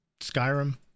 Skyrim